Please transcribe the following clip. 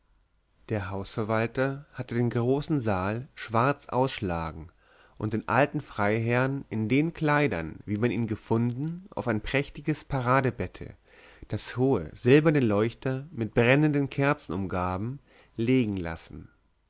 der hausverwalter hatte den großen saal schwarz ausschlagen und den alten freiherrn in den kleidern wie man ihn gefunden auf ein prächtiges paradebette das hohe silberne leuchter mit brennenden kerzen umgaben legen lassen